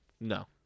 No